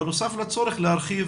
בנוסף לצורך להרחיב